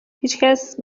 هیچکس